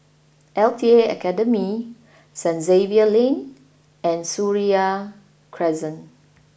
L T A Academy Saint Xavier's Lane and Seraya Crescent